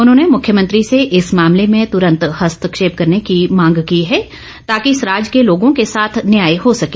उन्होंने मुख्यमंत्री से इस मामले में तुरंत हस्तक्षेप करने की मांग की है ताकि सराज के लोगों के साथ न्याय हो सके